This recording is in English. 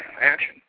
action